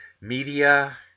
media